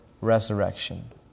resurrection